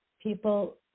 people